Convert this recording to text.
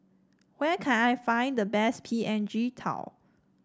where can I find the best P N G tao